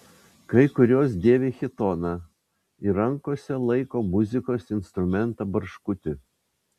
kai kurios dėvi chitoną ir rankose laiko muzikos instrumentą barškutį